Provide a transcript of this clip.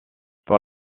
pour